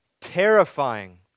terrifying